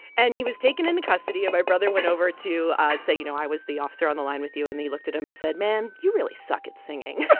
and he was taken into custody. and my brother went over to say, you know, i was the officer on the line with you. and he looked at him and said, man, you really suck at singing